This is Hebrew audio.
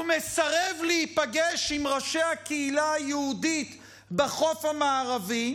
הוא מסרב להיפגש עם ראשי הקהילה היהודית בחוף המערבי,